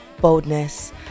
boldness